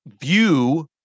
View